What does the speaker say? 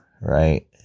right